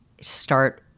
start